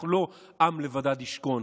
אנחנו לא עם לבדד ישכון.